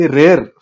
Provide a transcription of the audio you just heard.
rare